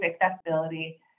accessibility